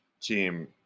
team